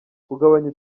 kugabanya